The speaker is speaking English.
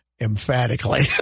emphatically